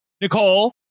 Nicole